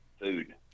food